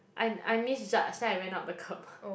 I I misjudge then I went up the curb